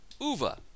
Uva